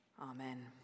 Amen